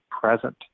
present